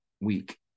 week